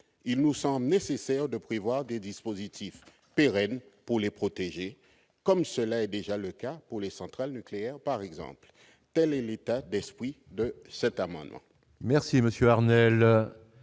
il nous semble nécessaire de prévoir des dispositifs pérenne pour les protéger, comme cela est déjà le cas pour les centrales nucléaires par exemple, telle est l'état d'esprit de cet amendement.